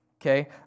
okay